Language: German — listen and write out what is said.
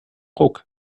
ruck